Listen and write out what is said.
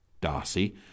Darcy